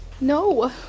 No